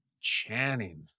Channing